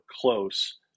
close